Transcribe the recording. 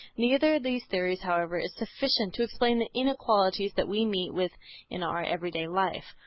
neither of these theories, however, is sufficient to explain the inequalities that we meet with in our everyday life.